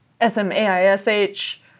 S-M-A-I-S-H